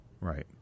Right